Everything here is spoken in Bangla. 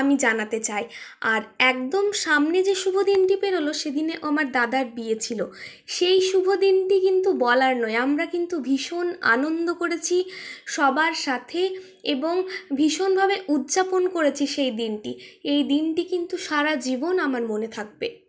আমি জানাতে চাই আর একদম সামনে যে শুভ দিনটি পেরোলো সেদিনেও আমার দাদার বিয়ে ছিল সেই শুভ দিনটি কিন্তু বলার নয় আমরা কিন্তু ভীষণ আনন্দ করেছি সবার সাথে এবং ভীষণভাবে উদযাপন করেছি সেই দিনটি এই দিনটি কিন্তু সারা জীবন আমার মনে থাকবে